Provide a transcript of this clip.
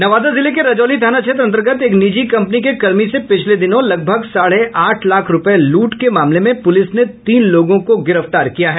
नवादा जिले के रजौली थाना क्षेत्र अंतर्गत एक निजी कंपनी के कर्मी से पिछले दिनों लगभग साढ़े आठ लाख रूपये लूट के मामले में पुलिस ने तीन लोगों को गिरफ्तार किया है